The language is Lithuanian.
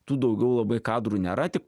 tų daugiau labai kadrų nėra tik